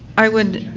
i would,